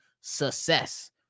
success